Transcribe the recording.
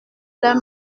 leur